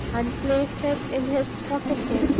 and placed it in his pocket-book,